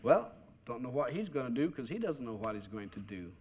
well i don't know what he's going to do because he doesn't know what he's going to do